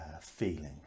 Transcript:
feeling